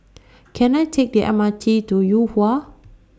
Can I Take The M R T to Yuhua